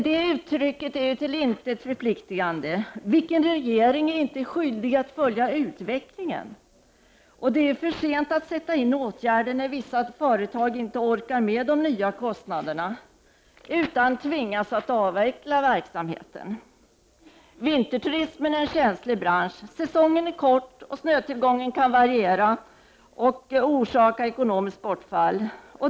Detta uttryck är till intet förpliktigande. Vilken regering är inte skyldig att följa utvecklingen? Det är för sent att sätta in åtgärder när vissa företag inte orkar med de nya kostnaderna utan tvingas att avveckla verksamheten. Vinterturismen är en känslig bransch; säsongen är kort, och snötillgången kan variera och orsaka ekonomiskt bortfall.